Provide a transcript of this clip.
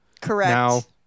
Correct